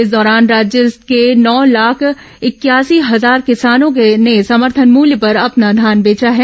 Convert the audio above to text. इस दौरान राज्य के नौ लाख इकयासी हजार किसानों ने समर्थन मुल्य पर अपना धान बेचा है